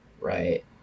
right